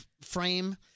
frame